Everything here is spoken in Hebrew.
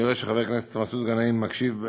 אני רואה שחבר הכנסת מסעוד גנאים מקשיב.